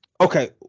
Okay